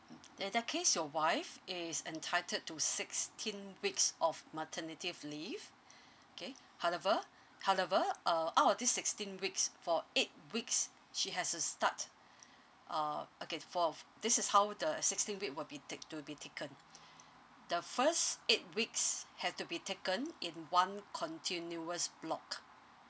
mm that that case your wife is entitled to sixteen weeks of maternity f~ leave okay however however uh out of these sixteen weeks for eight weeks she has to start uh okay for f~ this is how the sixteen week will be take to be taken the first eight weeks have to be taken in one continuous block